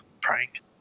prank